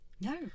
No